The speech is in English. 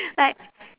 like